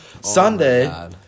Sunday